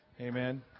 Amen